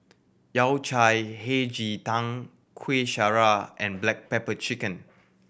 Yao Cai Hei Ji Tang Kuih Syara and black pepper chicken